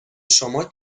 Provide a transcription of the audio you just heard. شما